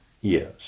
Yes